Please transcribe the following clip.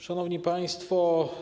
Szanowni Państwo!